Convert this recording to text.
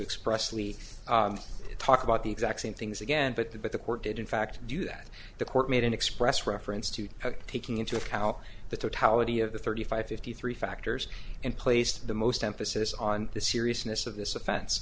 express lee talk about the exact same things again but the but the court did in fact do that the court made an express reference to taking into account the totality of the thirty five fifty three factors and placed the most emphasis on the seriousness of this offen